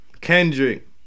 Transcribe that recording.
Kendrick